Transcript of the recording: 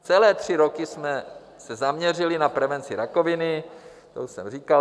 Celé tři roky jsme se zaměřili na prevenci rakoviny to už jsem říkal.